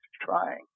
trying